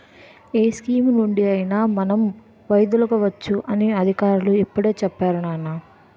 ఏ స్కీమునుండి అయినా మనం వైదొలగవచ్చు అని అధికారులు ఇప్పుడే చెప్పేరు నాన్నా